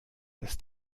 das